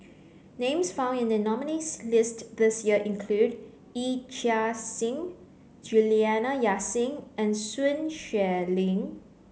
names found in the nominees' list this year include Yee Chia Hsing Juliana Yasin and Sun Xueling